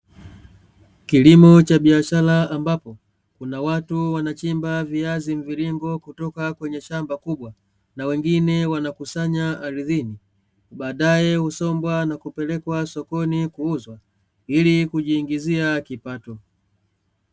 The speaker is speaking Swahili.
Kilimo cha biashara Ambapo Kuna watu, wanachimba viazi mviringo kutoka kwenye shamba kubwa na wengine wanakusanya ardhini, Baadae husombwa na kupelekwa sokoni kuuzwa ili kujiingizia kipato.